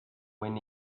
when